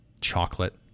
chocolate